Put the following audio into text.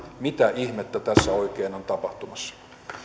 mitä ihmettä tässä oikein on tapahtumassa